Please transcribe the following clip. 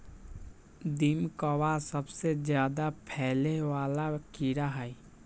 दीमकवा सबसे ज्यादा फैले वाला कीड़ा हई